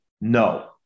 no